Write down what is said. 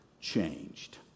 changed